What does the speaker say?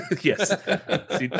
yes